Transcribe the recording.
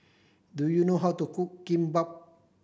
do you know how to cook Kimbap